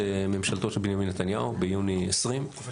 ממשלתו של בנימין נתניהו שהוגש ביוני 20'